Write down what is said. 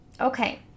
Okay